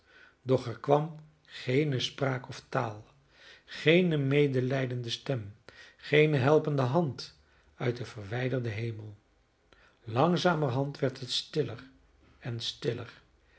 er kwam geene spraak of taal geene medelijdende stem geene helpende hand uit den verwijderden hemel langzamerhand werd het stiller en stiller